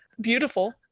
Beautiful